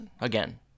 again